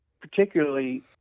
particularly